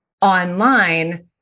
online